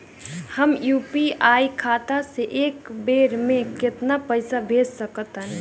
हम यू.पी.आई खाता से एक बेर म केतना पइसा भेज सकऽ तानि?